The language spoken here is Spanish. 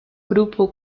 grupo